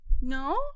No